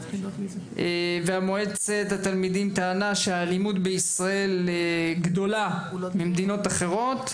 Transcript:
מועצת התלמידים טענה שהאלימות בישראל גדולה ממדינות אחרות.